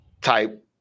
type